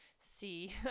see